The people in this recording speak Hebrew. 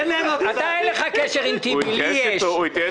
אמרתי: